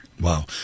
Wow